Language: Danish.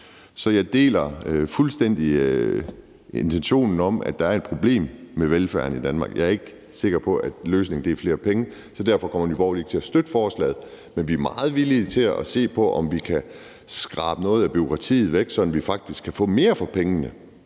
Så jeg deler fuldstændig den holdning, at der er et problem med velfærden i Danmark. Jeg er ikke sikker på, at løsningen er flere penge, så derfor kommer Nye Borgerlige ikke til at støtte forslaget. Men vi er meget villige til at se på, om vi kan skrabe noget af bureaukratiet væk, sådan at vi faktisk kan få mere for pengene.